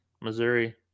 Missouri